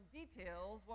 details